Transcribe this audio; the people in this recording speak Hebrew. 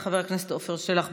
חבר הכנסת עפר שלח,